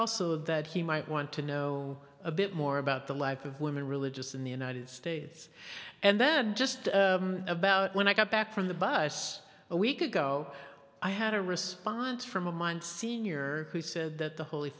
also that he might want to know a bit more about the life of women religious in the united states and then just about when i got back from the bus a week ago i had a response from a mind senior who said that the holy